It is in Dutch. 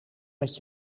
met